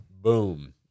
Boom